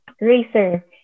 racer